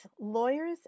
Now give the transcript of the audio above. lawyers